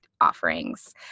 offerings